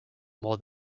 more